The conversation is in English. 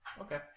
Okay